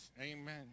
amen